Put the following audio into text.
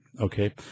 Okay